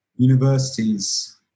Universities